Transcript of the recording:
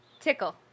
Tickle